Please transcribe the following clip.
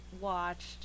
watched